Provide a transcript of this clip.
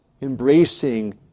embracing